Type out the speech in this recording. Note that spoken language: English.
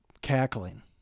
cackling